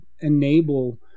enable